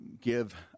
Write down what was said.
give